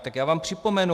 Tak já vám připomenu.